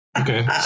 Okay